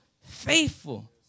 faithful